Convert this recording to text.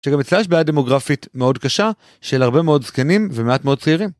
שגם אצלה יש בעיה דמוגרפית מאוד קשה של הרבה מאוד זקנים ומעט מאוד צעירים.